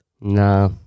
Nah